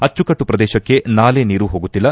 ಅಚ್ಚುಕಟ್ಟು ಪ್ರದೇಶಕ್ಕೆ ನಾಲೆನೀರು ಹೋಗುತ್ತಿಲ್ಲ